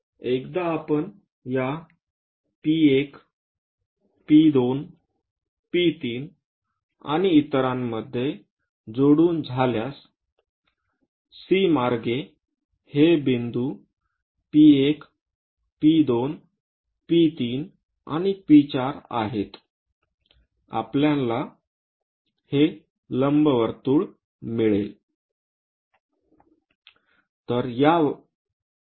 एकदा आपण या P1 P2 P3 आणि इतरांमध्ये जोडून झाल्यास C मार्गे हे बिंदू P1 P2 P3 आणि P4 आहेत आपल्याला हे लंबवर्तुळ मिळेल